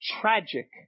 tragic